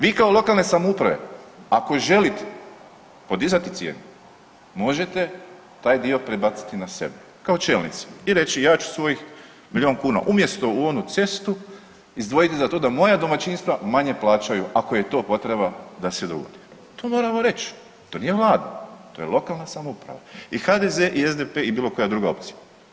Vi kao lokalne samouprave ako želite podizati cijenu možete taj dio prebaciti na sebe kao čelnici i reći ja ću svojih milijun kuna umjesto u onu cestu izdvojiti za to da moja domaćinstva manje plaćaju ako je to potreba da se dogodi, to moramo reć, to nije Vlada to je lokalna samouprava i HDZ i SDP i bilo koja druga opcija.